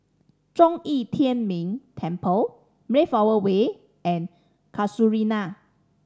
Zhong Yi Tian Ming Temple Mayflower Way and Casuarina